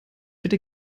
bitte